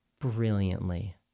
brilliantly